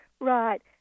Right